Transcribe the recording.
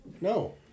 no